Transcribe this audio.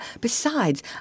Besides